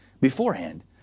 beforehand